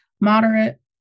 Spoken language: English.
moderate